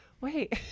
wait